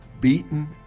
beaten